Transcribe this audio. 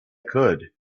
could